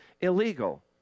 illegal